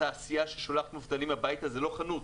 תעשייה ששולחת מובטלים הביתה היא לא חנות,